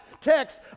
text